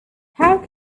how